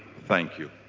thank you.